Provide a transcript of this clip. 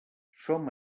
som